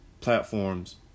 platforms